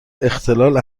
اختلال